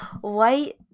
white